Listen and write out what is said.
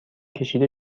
کشیده